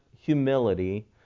humility